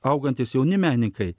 augantys jauni menininkai